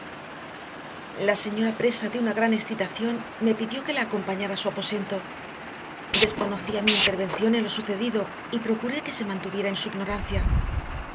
la señora presa de una gran excitación me pidió que la acompañara a su aposento desconocía mi intervención en lo sucedido y procuré que se mantuviera en su ignorancia